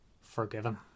forgiven